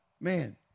Man